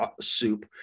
soup